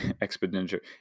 expenditure